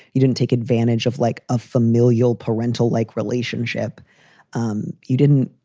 you didn't take advantage of like a familial parental like relationship um you didn't